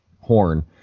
horn